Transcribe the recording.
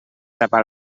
tapar